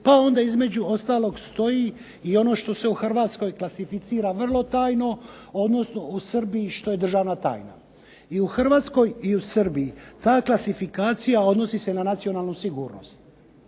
Pa onda između ostalog stoji i ono što se u Hrvatskoj klasificira vrlo tajno, odnosno u Srbiji što je državna tajna. I u Hrvatskoj i u Srbiji ta klasifikacija odnosi se na nacionalnu sigurnost.